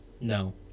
no